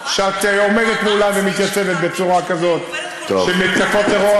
חברת הכנסת סבטלובה, הטון הזה,